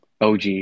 OG